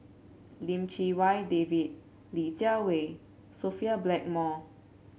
Lim Chee Wai David Li Jiawei Sophia Blackmore